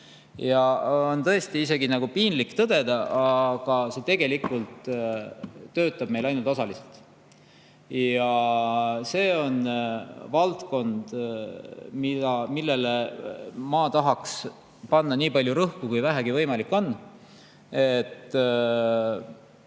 On isegi piinlik tõdeda, et see tegelikult töötab meil ainult osaliselt. See on valdkond, millele ma tahaks panna nii palju rõhku, kui vähegi võimalik on.